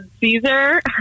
Caesar